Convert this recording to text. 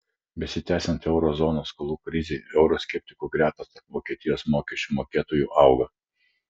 besitęsiant euro zonos skolų krizei euroskeptikų gretos tarp vokietijos mokesčių mokėtojų auga